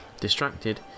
Distracted